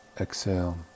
exhale